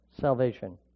salvation